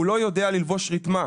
הוא לא יודע ללבוש רתמה.